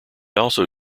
also